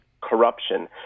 corruption